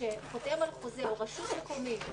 או רשות מקומית,